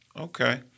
Okay